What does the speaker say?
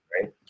right